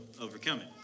overcoming